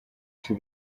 see